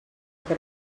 que